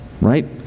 right